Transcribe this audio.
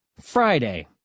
Friday